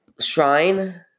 shrine